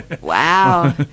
Wow